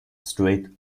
straight